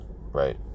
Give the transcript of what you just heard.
right